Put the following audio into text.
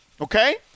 okay